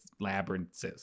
Labyrinths